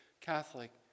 Catholic